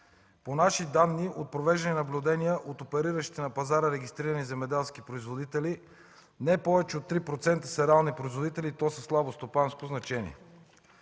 По наши данни от провеждани наблюдения на опериращи на пазара регистрирани земеделски производители не повече от 3% са реални производители, и то със слабо стопанско значение.